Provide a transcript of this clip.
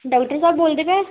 doctor ਸਾਹਿਬ ਬੋਲਦੇ ਪਏ